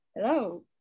Hello